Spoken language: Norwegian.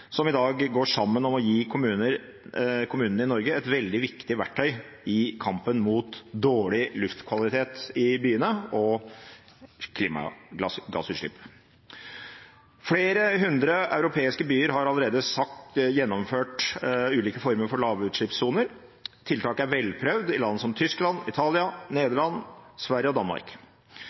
som i dag går sammen om å gi kommunene i Norge et veldig viktig verktøy i kampen mot dårlig luftkvalitet i byene og klimagassutslipp. Flere hundre europeiske byer har allerede gjennomført ulike former for lavutslippssoner, og tiltak er velprøvd i land som Tyskland, Italia, Nederland, Sverige og Danmark.